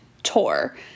Tour